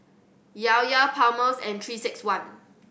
Llao Llao Palmer's and Three Six One